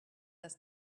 does